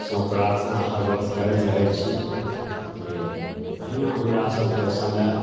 सँ प्रार्थना हर वक्त करैत रहै छी जे एहिना हमरासभके समय